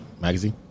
Magazine